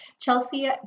Chelsea